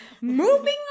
Moving